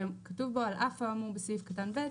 שכתוב בו: על אף האמור בסעיף קטן (ב),